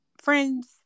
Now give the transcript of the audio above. friends